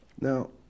Now